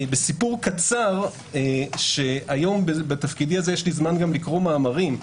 בסיפור קצר שהיום בתפקידי זה יש לי זמן לקרוא מאמרים.